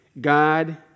God